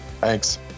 Thanks